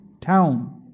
town